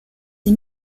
the